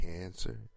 cancer